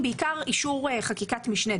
בעיקר אישור חקיקת משנה.